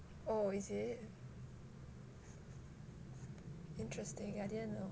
oh is it interesting I didn't know